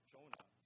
Jonah